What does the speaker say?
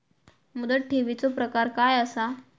मुदत ठेवीचो प्रकार काय असा?